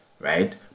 right